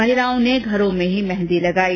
महिलाओं ने घरों में ही मेहंदी लगाई